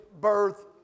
birth